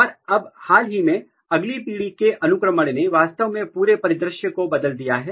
और अब हाल ही में अगली पीढ़ी के अनुक्रमण ने वास्तव में पूरे परिदृश्य को बदल दिया है